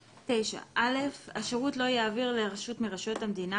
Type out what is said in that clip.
"9.(א) השירות לא יעביר לרשות מרשויות המדינה,